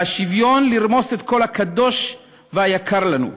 השוויון, לרמוס את כל הקדוש והיקר לנו,